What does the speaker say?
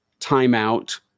timeout